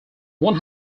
one